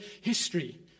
history